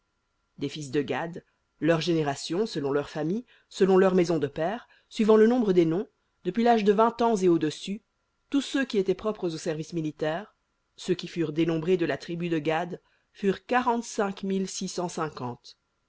des fils de gad leurs générations selon leurs familles selon leurs maisons de pères suivant le nombre des noms depuis l'âge de vingt ans et au-dessus tous ceux qui étaient propres au service militaire ceux qui furent dénombrés de la tribu de gad furent